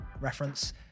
Reference